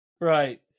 Right